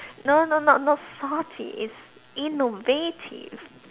no no not not salty it's innovative